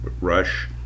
rush